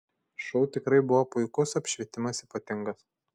šou tikrai buvo puikus apšvietimas ypatingas